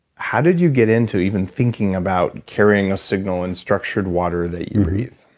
how did you get into even, thinking about carrying a signal in structured water that you breathe?